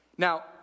Now